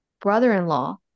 brother-in-law